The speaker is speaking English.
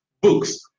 books